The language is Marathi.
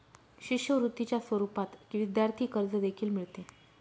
शिष्यवृत्तीच्या स्वरूपात विद्यार्थी कर्ज देखील मिळते